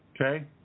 okay